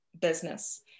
business